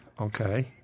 Okay